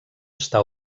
està